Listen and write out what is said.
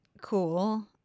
cool